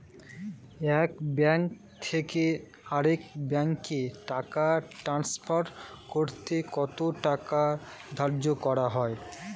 এক ব্যাংক থেকে আরেক ব্যাংকে টাকা টান্সফার করতে কত টাকা ধার্য করা হয়?